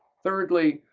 thirdly,